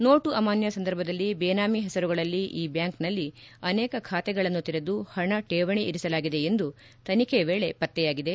note ಅಮಾನ್ಯ ಸಂದರ್ಭದಲ್ಲಿ ಬೇನಾಮಿ ಹೆಸರುಗಳಲ್ಲಿ ಈ ಬ್ಯಾಂಕ್ನಲ್ಲಿ ಅನೇಕ ಖಾತೆಗಳನ್ನು ತೆರೆದು ಹಣ ಠೇವಣಿ ಇರಿಸಲಾಗಿದೆ ಎಂದು ತನಿಖೆ ವೇಳೆ ಪತ್ತೆಯಾಗಿದೆ